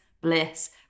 Bliss